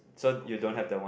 okay